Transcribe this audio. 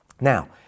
Now